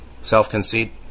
self-conceit